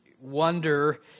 wonder